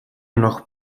noch